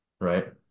right